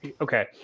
okay